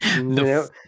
No